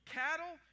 cattle